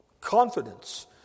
Confidence